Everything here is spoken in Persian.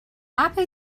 اَپ